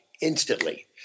instantly